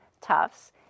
Tufts